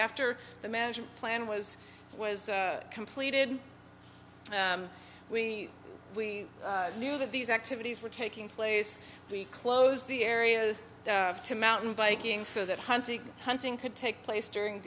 after the management plan was was completed we we knew that these activities were taking place we closed the areas to mountain biking so that hunting hunting could take place during